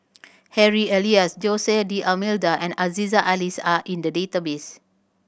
Harry Elias Jose D'Almeida and Aziza Ali are in the database